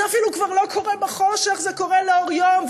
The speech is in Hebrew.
זה אפילו כבר לא קורה בחושך, זה קורה לאור יום.